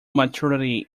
maturity